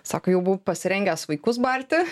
sako jau buvau pasirengęs vaikus barti